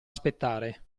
aspettare